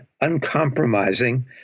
uncompromising